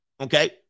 Okay